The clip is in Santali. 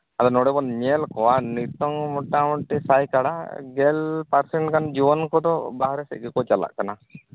ᱟᱫᱚ ᱱᱚᱰᱮ ᱵᱚᱱ ᱧᱮᱞ ᱠᱚᱣᱟ ᱱᱤᱛᱚᱝ ᱢᱳᱴᱟᱢᱩᱴᱤ ᱥᱟᱭ ᱠᱟᱬᱟ ᱜᱮᱞ ᱯᱟᱨᱥᱮᱱ ᱜᱟᱱ ᱡᱩᱣᱟᱹᱱ ᱠᱚᱫᱚ ᱵᱟᱦᱨᱮ ᱥᱮᱫ ᱜᱮᱠᱚ ᱪᱟᱞᱟᱜ ᱠᱟᱱᱟ